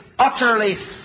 utterly